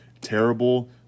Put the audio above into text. terrible